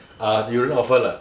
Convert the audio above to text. err 有人 offer 了